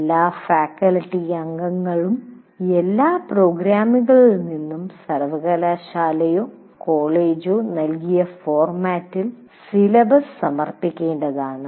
എല്ലാ ഫാക്കൽറ്റി അംഗങ്ങളും എല്ലാ പ്രോഗ്രാമുകളിൽ നിന്നും സർവ്വകലാശാലയോ കോളേജോ നൽകിയ ഫോർമാറ്റിൽ സിലബസ് സമർപ്പിക്കേണ്ടതാണ്